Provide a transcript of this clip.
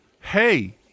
hey